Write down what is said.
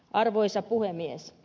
arvoisa puhemies